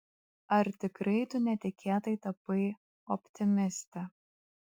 ar tikrai tu netikėtai tapai optimiste